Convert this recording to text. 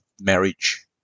marriage